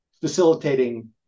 facilitating